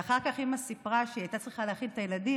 ואחר כך אימא סיפרה שהיא הייתה צריכה להאכיל את הילדים,